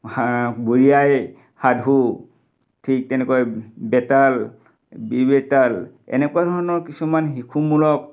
বুঢ়ী আইৰ সাধু ঠিক তেনেকৈ বেতাল বিবেতাল এনেকুৱা ধৰণৰ কিছুমান শিশুমূলক